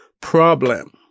problem